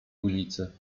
ulicy